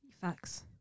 Facts